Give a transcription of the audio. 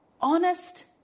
honest